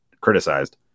Criticized